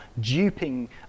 duping